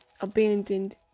abandoned